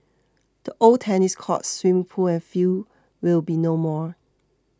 the old tennis courts swimming pool and field will be no more